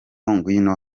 ngwino